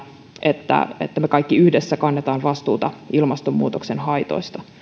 että me kaikki yhdessä kannamme vastuuta ilmastonmuutoksen haitoista